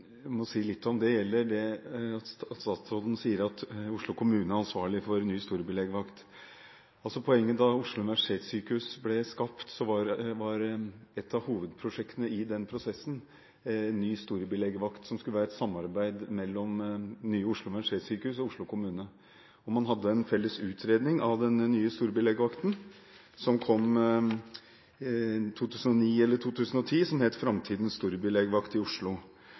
er at da Oslo universitetssykehus ble skapt, var ett av hovedprosjektene i den prosessen en ny storbylegevakt, som skulle være et samarbeid mellom det nye Oslo universitetssykehus og Oslo kommune. Man hadde en felles utredning av den nye storbylegevakten, som kom i 2009 eller i 2010, og som het Fremtidens storbylegevakt i Oslo.